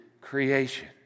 creation